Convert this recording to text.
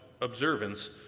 observance